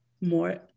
more